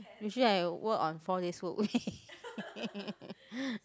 usually I work on four days work week